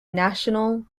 national